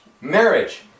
Marriage